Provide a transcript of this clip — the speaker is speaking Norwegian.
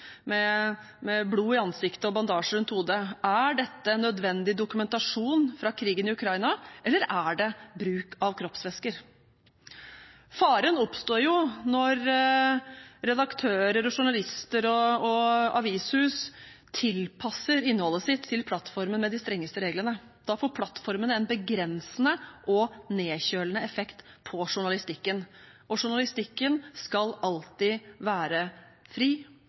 med blod i ansiktet og bandasje rundt hodet nødvendig dokumentasjon fra krigen i Ukraina, eller er det bruk av kroppsvæsker? Faren oppstår når redaktører og journalister og avishus tilpasser innholdet sitt til plattformen med de strengeste reglene. Da får plattformene en begrensende og nedkjølende effekt på journalistikken, og journalistikken skal alltid være fri,